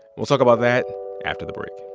we'll talk about that after the break